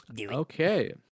Okay